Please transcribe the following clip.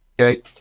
Okay